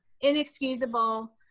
inexcusable